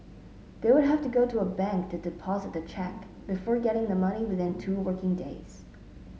they would have to go to a bank to deposit the cheque before getting the money within two working days